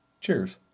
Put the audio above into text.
Cheers